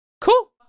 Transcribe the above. cool